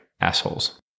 assholes